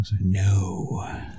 no